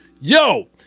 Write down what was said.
Yo